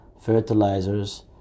fertilizers